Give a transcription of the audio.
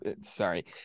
sorry